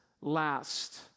last